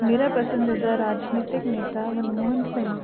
ਮੇਰਾ ਪਸੰਦੀਦਾ ਰਾਜਨੀਤਿਕ ਨੇਤਾ ਮਨਮੋਹਨ ਸਿੰਘ